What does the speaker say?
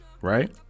Right